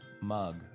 mug